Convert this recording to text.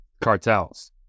cartels